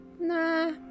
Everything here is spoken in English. nah